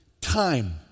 time